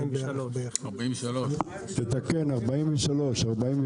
43 שקלים לשעה.